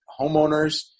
homeowners